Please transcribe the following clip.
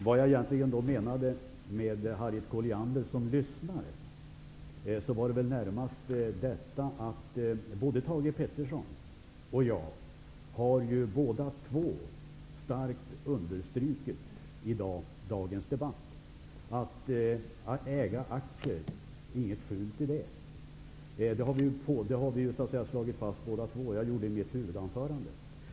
Vad jag egentligen menade med Harriet Colliander som lyssnare var närmast att både Thage G Peterson och jag i dagens debatt starkt har understrukit att det inte är något fult att äga aktier. Detta har vi båda slagit fast. Jag gjorde det i mitt huvudanförande.